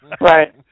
Right